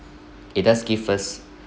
it does give us